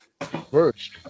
first